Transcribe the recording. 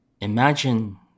imagine